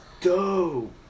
dope